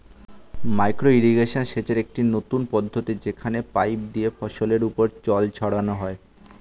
micro irrigation সেচের একটি নতুন পদ্ধতি যেখানে পাইপ দিয়ে ফসলের উপর জল ছড়ানো হয়